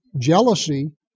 Jealousy